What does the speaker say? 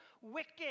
wicked